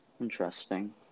Interesting